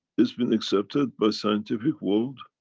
it's been accepted by scientific world.